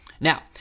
Now